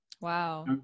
Wow